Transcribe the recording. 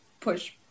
push